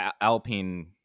Alpine